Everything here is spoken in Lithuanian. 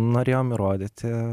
norėjom įrodyti